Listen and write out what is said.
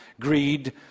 Greed